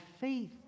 faith